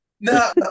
No